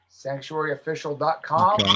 Sanctuaryofficial.com